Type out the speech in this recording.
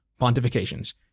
Pontifications